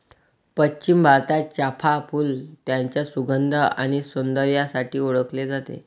पश्चिम भारतात, चाफ़ा फूल त्याच्या सुगंध आणि सौंदर्यासाठी ओळखले जाते